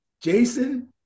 Jason